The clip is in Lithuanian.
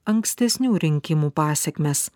ankstesnių rinkimų pasekmes